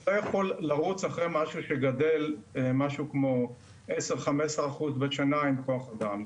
אתה לא יכול לרוץ אחרי משהו שגדל במשהו כמו 15-10 אחוז בשנה עם כוח אדם.